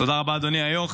תודה רבה, אדוני היו"ר.